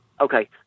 Okay